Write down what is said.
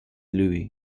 louis